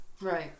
Right